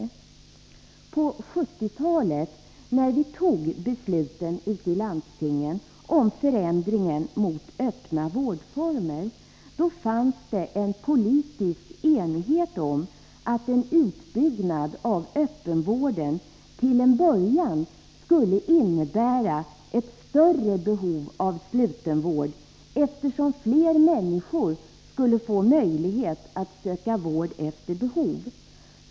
På 1970-talet, när vi fattade besluten ute i landstingen om förändringen mot öppna vårdformer, fanns det en politisk enighet om att en utbyggnad av öppenvården till en början skulle innebära ett större behov av slutenvård eftersom fler människor skulle få möjlighet att söka vård efter behov.